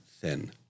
thin